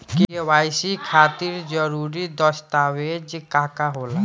KYC खातिर जरूरी दस्तावेज का का होला?